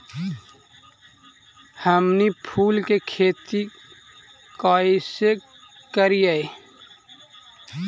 हमनी फूल के खेती काएसे करियय?